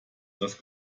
das